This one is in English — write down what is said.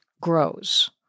grows